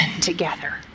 together